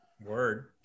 Word